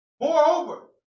Moreover